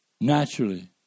naturally